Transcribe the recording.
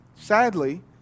sadly